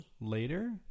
Later